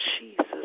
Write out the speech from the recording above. Jesus